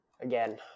again